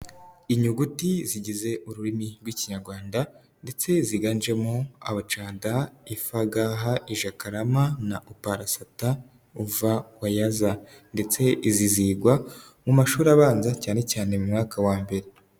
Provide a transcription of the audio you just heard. Inyuguti zigize ururimi rw'Ikinyarwanda ndetse ziganjemo: a, b, c, d, e, f, g, h, i, j, k, l, m, n, o, p, r, s, t, u, v, w, y, z ndetse izi zigwa mu mashuri abanza cyane cyane mu mwaka wa mbere.